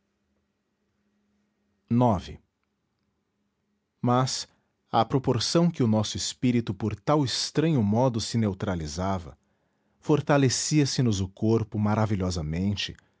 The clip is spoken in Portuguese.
morrer mas à proporção que o nosso espírito por tal estranho modo se neutralizava fortalecia se nos o corpo maravilhosamente